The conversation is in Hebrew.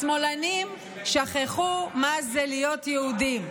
השמאלנים שכחו מה זה להיות יהודים.